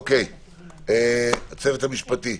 הצוות המשפטי,